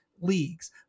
leagues